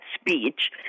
speech